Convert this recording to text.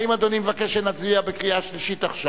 האם אדוני מבקש שנצביע בקריאה שלישית עכשיו?